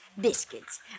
biscuits